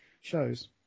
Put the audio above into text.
shows